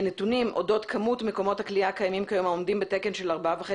נתונים אודות כמות מקומות הכליאה הקיימים כיום העומדים בתקן של 4.5